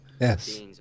Yes